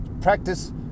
practice